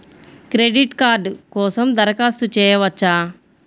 Credit card కోసం దరఖాస్తు చేయవచ్చా?